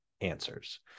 answers